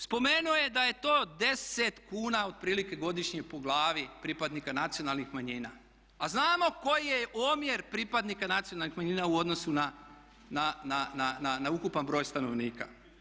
Spomenuo je da je to 10 kuna otprilike godišnje po glavi pripadnika nacionalnih manjina, a znamo koji je omjer pripadnika nacionalnih manjina u odnosu na ukupan broj stanovnika.